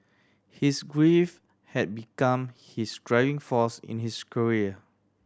his grief had become his driving force in his career